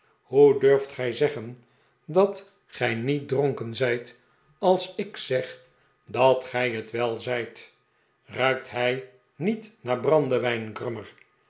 hoe durft gij zeggen dat gij niet dronken zijt als ik zeg dat gij het wel zijt ruikt hij niet naar brandewijn grummer